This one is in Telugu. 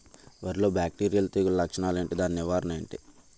వరి లో బ్యాక్టీరియల్ తెగులు లక్షణాలు ఏంటి? దాని నివారణ ఏంటి?